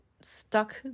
stuck